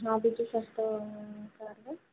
ହଁ ବିଜୁ ସ୍ୱାସ୍ଥ୍ୟ କାର୍ଡ଼ରେ